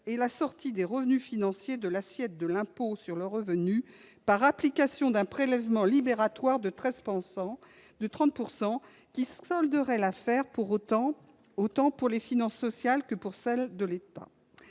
et la sortie des revenus financiers de l'assiette de l'impôt sur le revenu par application d'un prélèvement libératoire de 30 %, qui solderait l'affaire, autant pour les finances sociales que pour les finances de l'État.